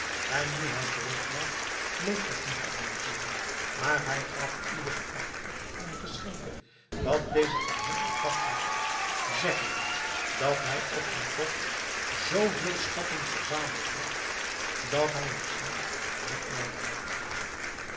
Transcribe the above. en nu hij terug was bleef dat niet alleen zoo maar hij gaf iederen pachter ten geschenke wat deze van hem in pacht had zeggende dat hij op zijn tocht zooveel schatten verzameld had dat hij hun geld niet noodig had